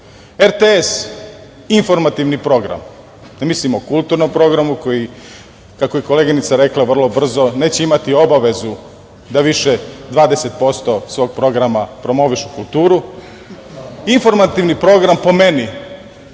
RTS informativni program, ne mislim o kulturnom programu koji, kako je koleginica rekla, vrlo brzo neće imati obavezu da više 20% svog programa promovišu kulturu, dakle, informativni program, po meni,